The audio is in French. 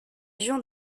gens